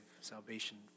salvation